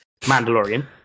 mandalorian